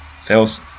Fails